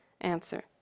Answer